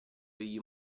egli